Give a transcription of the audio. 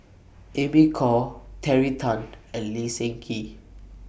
Amy Khor Terry Tan and Lee Seng Gee